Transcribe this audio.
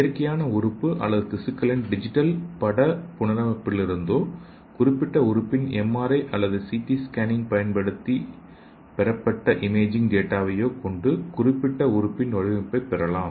இயற்கையான உறுப்பு அல்லது திசுக்களின் டிஜிட்டல் பட புனரமைப்பிலிருந்தோகுறிப்பிட்ட உறுப்பின் எம்ஆர்ஐ அல்லது சிடி ஸ்கேன் பயன்படுத்தி பெறப்பட்ட இமேஜிங் டேட்டாவையோ கொண்டு குறிப்பிட்ட உறுப்பின் வடிவமைப்பை பெறலாம்